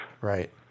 right